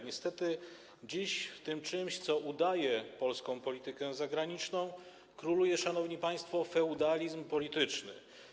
Niestety dziś w tym czymś, co udaje polską politykę zagraniczną, króluje, szanowni państwo, feudalizm polityczny.